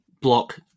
block